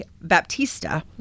Baptista